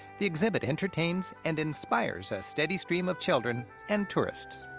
the exhibit entertains and inspires a steady stream of children and tourists.